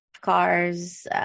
cars